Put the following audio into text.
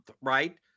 Right